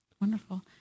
Wonderful